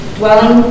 dwelling